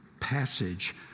passage